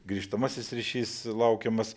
grįžtamasis ryšys laukiamas